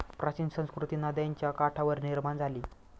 प्राचीन संस्कृती नद्यांच्या काठावर निर्माण झाली